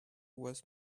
was